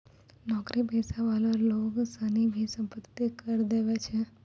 नौकरी पेशा वाला लोग सनी भी सम्पत्ति कर देवै छै